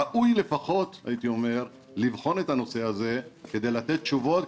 ראוי לפחות לבחון את הנושא הזה כדי לתת תשובות.